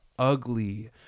ugly